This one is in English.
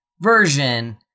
version